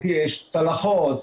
צלחות,